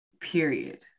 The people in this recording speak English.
period